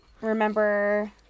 remember